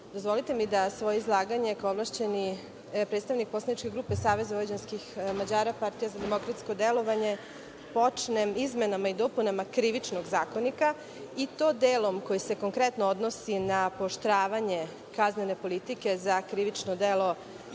dozvolite mi da svoje izlaganje, kao ovlašćeni predstavnik poslaničke grupe SVM - Partija za demokratsko delovanje, počnem izmenama i dopunama Krivičnog zakonika, i to delom koji se konkretno odnosi na pooštrovanje kaznene politike za krivično delo